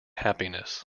happiness